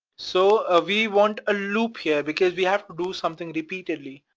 so, ah we want a loop here because we have to do something repeatedly.